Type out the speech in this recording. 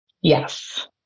Yes